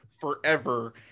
forever